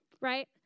right